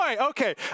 okay